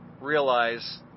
Realize